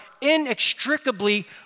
inextricably